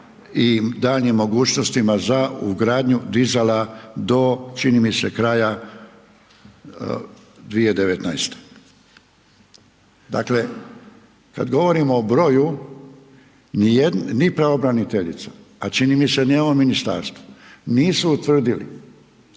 i daljnjim mogućnostima za ugradnju dizala čini mi se kraja 2019. Dakle, kad govorimo o broju, ni pravobraniteljica, a čini mi se ni ovo ministarstvo nisu utvrdili